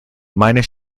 minor